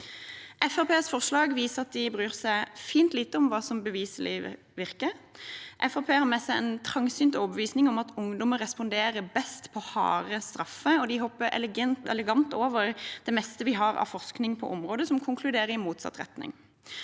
forslag viser at de bryr seg fint lite om hva som beviselig virker. Fremskrittspartiet har med seg en trangsynt overbevisning om at ungdommer responderer best på harde straffer, og de hopper elegant over det meste vi har av forskning på området, som konkluderer i motsatt retning.